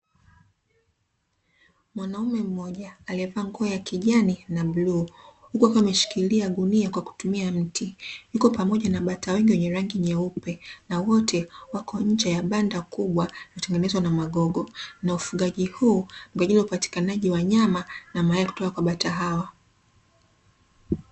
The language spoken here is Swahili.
Mwanaume mmoja aliyevaa nguo ya kijani na bluu, huku akiwa ameshikilia gunia kwa kutumia mti, yuko pamoja na bata wengi wenye rangi nyeupe na wote wako nje ya banda kubwa liliotengenezwa na magogo. Na ufugaji huu ni kwa ajili ya upatikanaji wa nyama na mayai kutoka kwa bata hawa.